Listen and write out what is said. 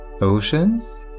oceans